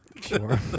Sure